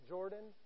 Jordan